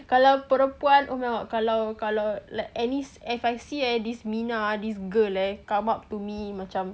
kalau perempuan oh my god kalau kalau like any if I see this minah eh this girl come up to me macam